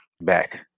back